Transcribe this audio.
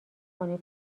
کنین